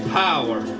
power